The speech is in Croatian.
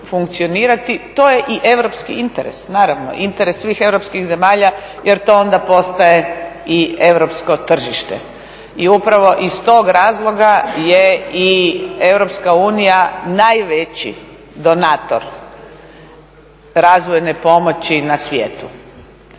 To je i europski interes, naravno, interes svih europskih zemalja jer to onda postaje i europsko tržište. I upravo iz tog razloga je i EU najveći donator razvojne pomoći na svijetu.